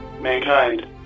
Mankind